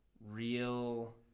real